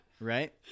right